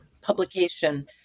publication